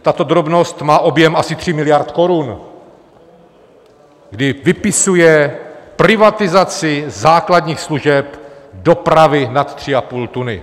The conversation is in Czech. Tato drobnost má objem asi tří miliard korun, kdy vypisuje privatizaci základních služeb dopravy nad 3,5 tuny.